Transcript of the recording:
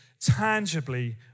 tangibly